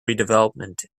redevelopment